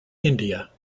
india